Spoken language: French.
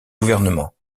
gouvernement